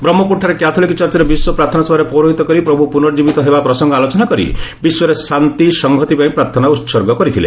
ବ୍ରହ୍କପୁରଠାରେ Catholic ଚର୍ଚ୍ଚରେ bishop ପ୍ରାର୍ଥନା ସଭାରେ ପୌରହିତ୍ୟ କରି ପ୍ରଭୁ ପୁନର୍ଜୀବିତ ହେବା ପ୍ରସଙ୍ଙ ଆଲୋଚନା କରି ବିଶ୍ୱରେ ଶାନ୍ତିସଂହତି ପାଇଁ ପ୍ରାର୍ଥନା ଉହର୍ଗ କରିଥିଲେ